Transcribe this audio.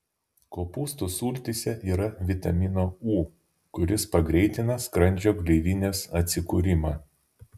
kopūstų sultyse yra vitamino u kuris pagreitina skrandžio gleivinės atsikūrimą